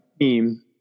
team